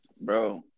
Bro